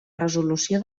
resolució